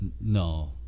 no